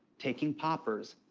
taking poppers,